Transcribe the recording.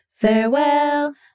Farewell